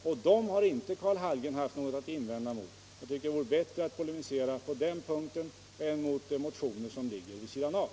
De direktiven har Karl Hallgren inte haft någonting att invända mot.